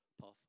puff